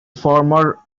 former